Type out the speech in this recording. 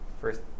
first